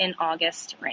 inaugustrain